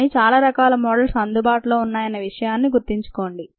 కానీ చాలా రకాల మోడల్స్ అందుబాటులో ఉన్నాయన్న విషయాన్న గుర్తుంచుకోండి